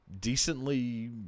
decently